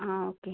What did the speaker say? okay